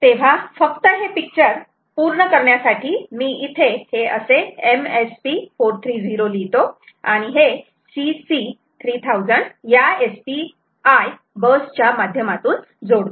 तेव्हा फक्त हे पिक्चर पूर्ण करण्यासाठी मी इथे हे असे MSP 430 लिहितो आणि हे CC 3000 या SPI बस च्या माध्यमातून जोडतो